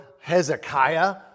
Hezekiah